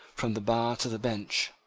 from the bar to the bench.